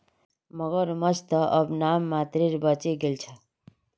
मगरमच्छ त अब नाम मात्रेर बचे गेल छ